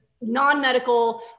non-medical